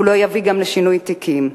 הוא לא יביא גם לשינוי תיקים.